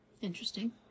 Interesting